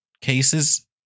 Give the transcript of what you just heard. cases